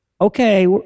Okay